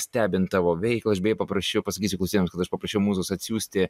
stebint tavo veiklą aš beje paprasčiau pasakysiu klausytojams kad aš paprašiau mūzos atsiųsti